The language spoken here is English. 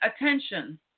attention